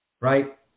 right